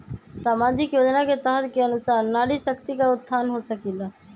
सामाजिक योजना के तहत के अनुशार नारी शकति का उत्थान हो सकील?